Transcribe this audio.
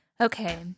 Okay